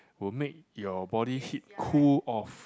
will make your body heat cool off